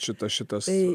šitą šitasai